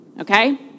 Okay